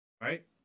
Right